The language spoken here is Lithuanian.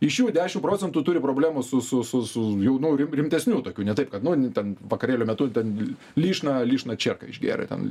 iš jų dešim procentų turi problemų su su su su jau nu rimtesnių tokių ne taip kad nu ten vakarėlio metu ten lyšną lyšną čėrką išgėrė ten